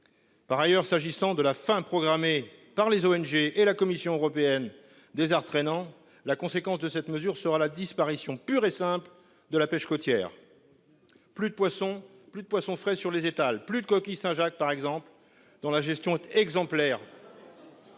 Par ailleurs s'agissant de la fin programmée par les ONG et la Commission européenne des arts traînants la conséquence de cette mesure sera la disparition pure et simple de la pêche côtière. Plus de poisson, plus de poisson frais sur les étals plus de coquilles Saint-Jacques. Par exemple dans la gestion exemplaire.